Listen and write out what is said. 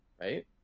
right